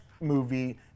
movie